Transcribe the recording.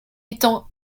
étant